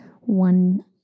one